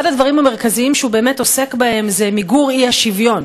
אחד הדברים המרכזיים שהוא באמת עוסק בהם הוא מיגור האי-שוויון,